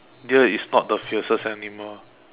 deer is not the fiercest animal